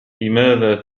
لماذا